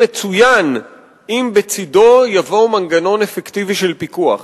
מצוין אם בצדו יבוא מנגנון אפקטיבי של פיקוח.